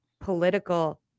political